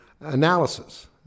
Analysis